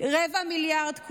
קוצץ 0.25 מיליארד,